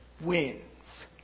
wins